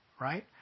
right